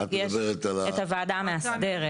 יש את הוועדה את המאסדרת.